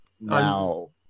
Now